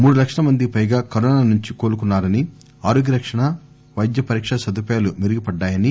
మూడు లక్షల మందికి పైగా కరోనా నుంచి కోలుకున్నారని ఆరోగ్య రక్షణ పైద్య పరీకా సదుపాయాలు మెరుగుపడ్డాయని